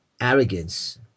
arrogance